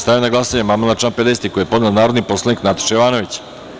Stavljam na glasanje amandman na član 55. koji je podneo narodni poslanik Nataša Jovanović.